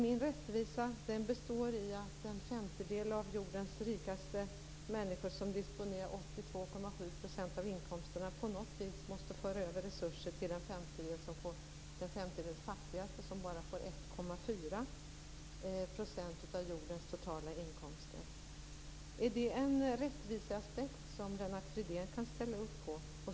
Min rättvisa består i att den femtedel av jordens rikaste människor som disponerar 82,7 % av inkomsterna på något vis måste föra över resurser till den femtedel fattigaste som bara får 1,4 % av jordens totala inkomster. Är det en rättviseaspekt som Lennart Fridén kan ställa upp på?